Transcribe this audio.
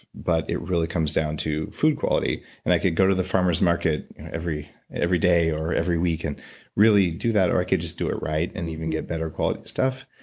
but it really comes down to food quality, and i could go to the farmers market every every day or every week and really do that, or i could just do it right and you can get better quality stuff,